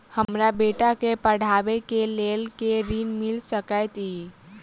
हमरा बेटा केँ पढ़ाबै केँ लेल केँ ऋण मिल सकैत अई?